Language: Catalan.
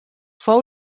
fou